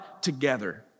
together